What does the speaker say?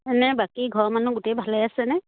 এনেই বাকী ঘৰৰ মানুহ গোটেই ভালে আছেনে